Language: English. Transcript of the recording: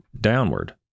downward